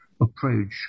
approach